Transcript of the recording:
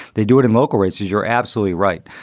they do it in local races you're absolutely right.